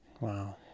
Wow